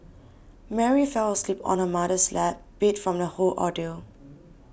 Mary fell asleep on her mother's lap beat from the whole ordeal